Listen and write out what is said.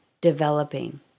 developing